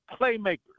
playmakers